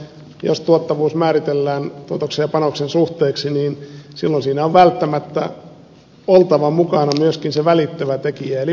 jos tuottavuus määritellään tuotoksen ja panoksen suhteeksi silloin siinä on välttämättä oltava mukana myöskin se välittävä tekijä eli vaikuttavuus